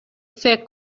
فکر